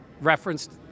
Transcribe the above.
referenced